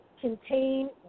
contain